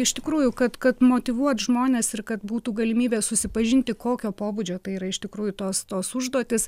iš tikrųjų kad kad motyvuot žmones ir kad būtų galimybė susipažinti kokio pobūdžio tai yra iš tikrųjų tos tos užduotys